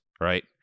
right